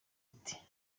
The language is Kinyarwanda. ati